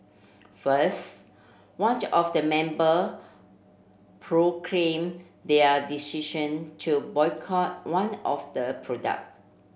first of the member proclaimed their decision to boycott one of the product